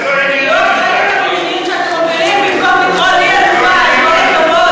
זה לא עניין, במקום לקרוא לי עלובה, עם כל הכבוד.